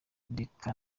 nkeka